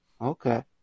Okay